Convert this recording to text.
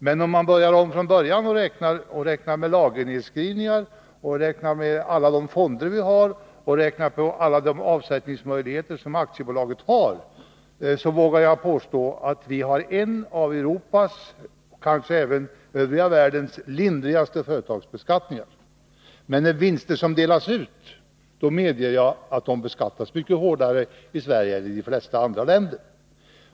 Men börjar man om från början och räknar med lagernedskrivningar, alla olika fonder och avsättningsmöjligheter som aktiebolagen har, vågar jag påstå att vi har en av Europas — ja, kanske världens — lindrigaste företagsbeskattningar. Men de vinster som delas ut beskattas mycket hårdare i Sverige än i de flesta andra länder.